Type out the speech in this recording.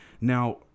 Now